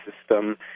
system